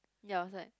ya I was like